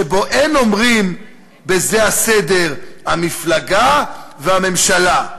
שבו אין אומרים בזה הסדר: המפלגה והממשלה,